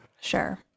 Sure